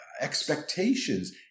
expectations